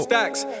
Stacks